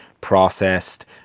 processed